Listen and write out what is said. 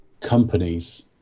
companies